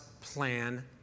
plan